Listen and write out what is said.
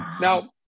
Now